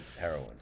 heroin